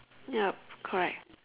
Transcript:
yup correct